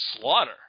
slaughter